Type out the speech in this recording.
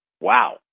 Wow